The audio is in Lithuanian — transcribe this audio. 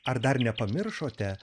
ar dar nepamiršote